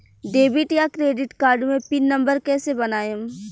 Debit या credit card मे pin number कैसे बनाएम?